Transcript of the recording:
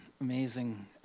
Amazing